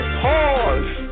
pause